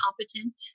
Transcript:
competent